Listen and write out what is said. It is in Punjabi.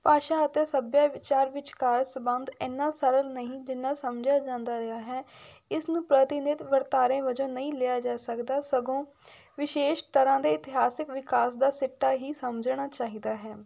ਭਾਸ਼ਾ ਅਤੇ ਸੱਭਿਆਚਾਰ ਵਿਚਕਾਰ ਸੰਬੰਧ ਇੰਨਾ ਸਰਲ ਨਹੀਂ ਜਿੰਨਾ ਸਮਝਿਆ ਜਾਂਦਾ ਰਿਹਾ ਹੈ ਇਸਨੂੰ ਪ੍ਰਤੀਨਿਧ ਵਰਤਾਰੇ ਵਜੋਂ ਨਹੀਂ ਲਿਆ ਜਾ ਸਕਦਾ ਸਗੋਂ ਵਿਸ਼ੇਸ਼ ਤਰ੍ਹਾਂ ਦੇ ਇਤਿਹਾਸਿਕ ਵਿਕਾਸ ਦਾ ਸਿੱਟਾ ਹੀ ਸਮਝਣਾ ਚਾਹੀਦਾ ਹੈ